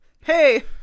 Hey